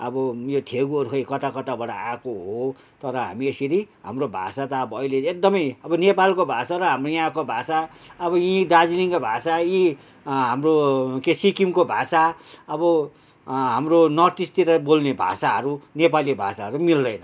अब यो थेगोहरू खै कता कताबाट आएको हो तर हामी यसरी हाम्रो भाषा त अब अहिले एकदमै अब नेपालको भाषा र हाम्रो यहाँको भाषा अब यी दार्जिलिङको भाषा यी हाम्रो के सिक्किमको भाषा अब हाम्रो नर्थ इस्टतिर बोल्ने भाषाहरू नेपाली भाषाहरू मिल्दैन